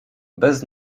bez